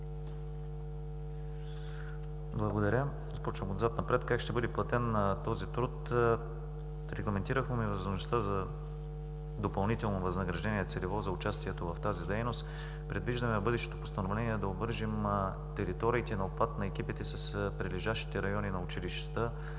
Благодаря. Започвам отзад-напред – как ще бъде платен този труд. Регламентирахме възможността за допълнително възнаграждение целево за участието в тази дейност. Предвиждаме в бъдещото постановление да обвържем териториите на обхват на екипите с прилежащите райони на училищата,